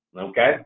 Okay